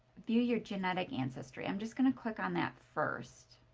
view your genetic ancestry. i'm just going to click on that first.